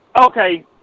Okay